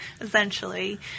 essentially